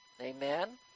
Amen